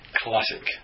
classic